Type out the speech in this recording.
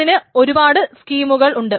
അതിന് ഒരുപാട് സ്കീമുകൾ ഉണ്ട്